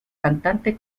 cantante